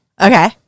Okay